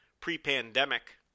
pre-pandemic